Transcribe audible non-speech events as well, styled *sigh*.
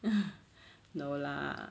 *noise* no lah